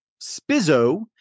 Spizzo